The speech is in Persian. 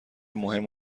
مهم